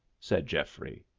said geoffrey.